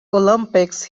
olympics